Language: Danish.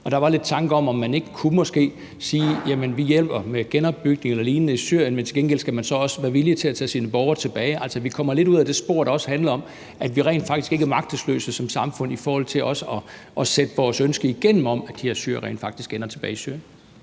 Der var nogle tanker om, om man måske kunne sige: Vi hjælper med genopbygning og lignende i Syrien, men til gengæld skal man så også være villig til at tage sine borgere tilbage. Vi kommer lidt ud ad det spor, der også handler om, at vi rent faktisk ikke er magtesløse som samfund i forhold til også at sætte vores ønske om, at de her syrere rent faktisk ender tilbage i Syrien,